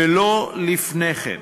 ולא לפני כן.